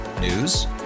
News